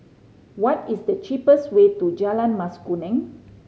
what is the cheapest way to Jalan Mas Kuning